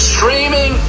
Streaming